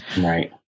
Right